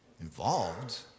Involved